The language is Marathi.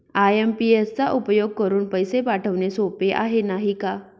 आइ.एम.पी.एस चा उपयोग करुन पैसे पाठवणे सोपे आहे, नाही का